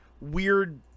weird